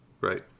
right